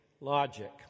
logic